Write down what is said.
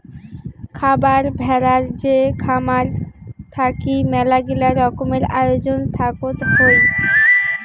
খারার ভেড়ার যে খামার থাকি মেলাগিলা রকমের আয়োজন থাকত হই